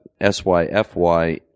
SYFY